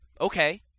okay